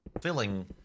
filling